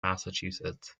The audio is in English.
massachusetts